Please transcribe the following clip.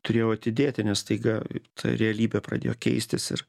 turėjau atidėti nes staiga ta realybė pradėjo keistis ir